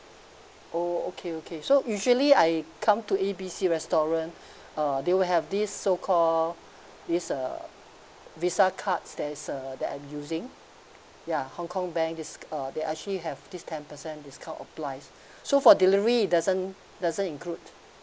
oh okay okay so usually I come to A B C restaurant uh they will have this so call this uh visa cards there's uh that I'm using ya hongkong bank is uh they actually have this ten percent discount applies so for delivery it doesn't doesn't include